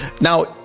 Now